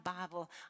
Bible